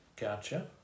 gotcha